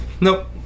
Nope